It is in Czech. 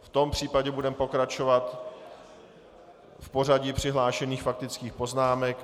V tom případě budeme pokračovat v pořadí přihlášených faktických poznámek.